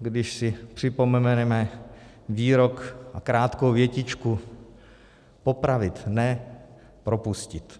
když si připomeneme výrok, krátkou větičku: popravit ne, propustit.